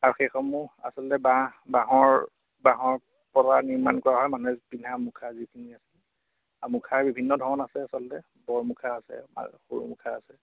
আৰু সেইসমূহ আচলতে বাঁহ বাঁহৰ বাঁহৰ পৰা নিৰ্মাণ কৰা হয় মানুহে পিন্ধা মুখা যিখিনি আছিল মুখাৰ বিভিন্ন ধৰণ আছে আচলতে বৰ মুখা আছে সৰু মুখা আছে